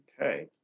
Okay